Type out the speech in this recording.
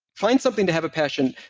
find something to have a passion,